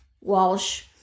Walsh